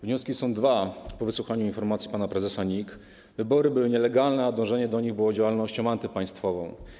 Wnioski są dwa po wysłuchaniu informacji pana prezesa NIK: wybory były nielegalne, a dążenie do nich było działalnością antypaństwową.